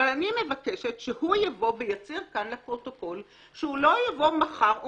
מבקשת שהוא יבוא ויצהיר כאן לפרוטוקול שהוא לא יבוא מחר או